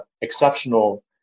exceptional